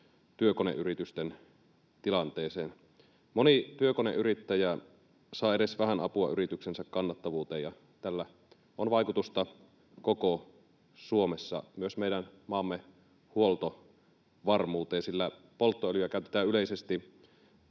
työkoneyritysten tilanteeseen. Moni työkoneyrittäjä saa edes vähän apua yrityksensä kannattavuuteen, ja tällä on vaikutusta koko Suomessa myös meidän maamme huoltovarmuuteen, sillä polttoöljyä käytetään yleisesti